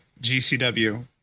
GCW